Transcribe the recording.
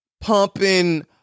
pumping